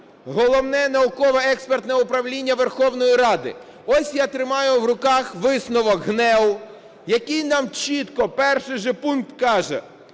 Головне науково-експертне управління Верховної Ради. Ось я тримаю в руках висновок ГНЕУ, який нам чітко, перший же пункт, каже,